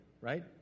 right